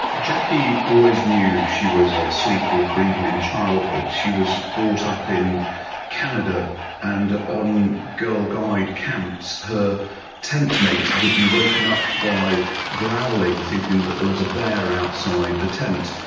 jackie always knew she was a sleepwalker, even in childhood. she was brought up in canada and on girl guide camps her tent-mate would be woken up by growling, thinking that there was a bear outside the tent,